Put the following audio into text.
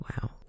Wow